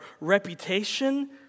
reputation